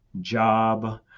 job